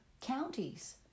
counties